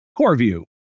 CoreView